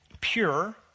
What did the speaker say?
pure